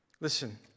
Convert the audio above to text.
Listen